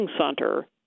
center